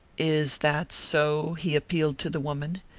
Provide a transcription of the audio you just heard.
is that so? he appealed to the woman,